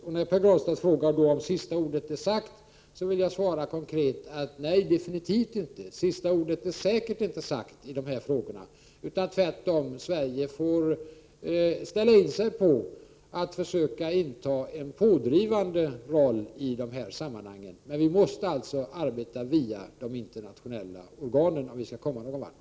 På Pär Granstedts fråga om sista ordet är sagt vill jag lämna det konkreta svaret att det absolut inte är det i dessa frågor. Sverige får tvärtom ställa in sig på att försöka inta en pådrivande roll i dessa sammanhang. Men vi måste alltså arbeta via de internationella organen om vi skall komma någon vart.